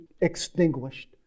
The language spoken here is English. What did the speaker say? extinguished